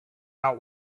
out